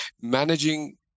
managing